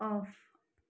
off